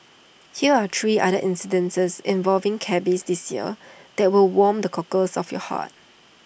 hear are three other incidents involving cabbies this year that will warm the cockles of your heart